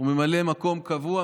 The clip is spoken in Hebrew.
וממלא מקום קבוע,